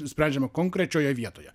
nusprendžiama konkrečioje vietoje